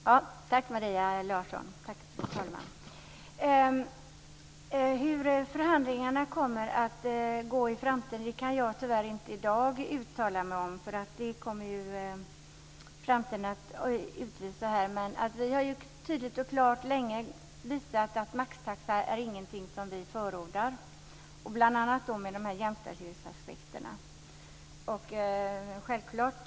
Tack, fru talman! Tack, Maria Larsson! Hur förhandlingarna kommer att gå i framtiden kan jag tyvärr inte i dag uttala mig om. Det kommer framtiden att utvisa. Vi har tydligt och klart länge visat att maxtaxa bl.a. ur jämställdhetsaspekt inte är någonting som vi förordar.